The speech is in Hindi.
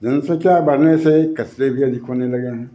जनसंख्या बढ़ने से कचरे भी अधिक होने लगे हैं